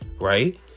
right